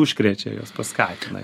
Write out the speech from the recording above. užkrečia juos paskatina